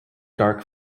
dark